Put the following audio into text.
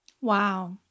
Wow